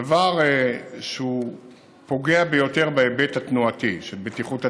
דבר שפוגע ביותר בהיבט התנועתי, של בטיחות התנועה.